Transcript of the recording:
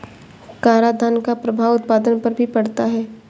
करादान का प्रभाव उत्पादन पर भी पड़ता है